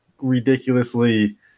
ridiculously